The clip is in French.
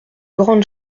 grandes